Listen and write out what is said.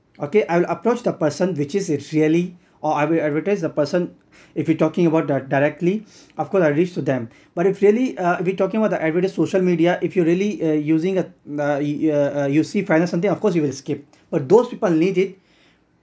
okay I'll approach the person which is it really or I will advertise the person if you're talking about di~ directly of course I'll reach to them but if really uh we're talking about advertisement in social media if you really uh using uh uh you see prices or something of course you will skip but those people who need it